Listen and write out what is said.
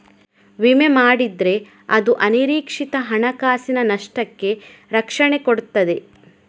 ವಿಮೆ ಮಾಡಿದ್ರೆ ಅದು ಅನಿರೀಕ್ಷಿತ ಹಣಕಾಸಿನ ನಷ್ಟಕ್ಕೆ ರಕ್ಷಣೆ ಕೊಡ್ತದೆ